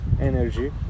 energy